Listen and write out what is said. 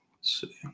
see